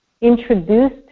introduced